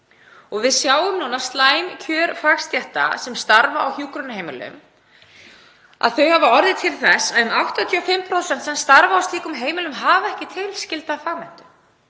Við sjáum núna slæm kjör fagstétta sem starfa á hjúkrunarheimilum. Þau hafa orðið til þess að um 85% sem starfa á slíkum heimilum hafa ekki tilskilda fagmenntun.